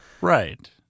Right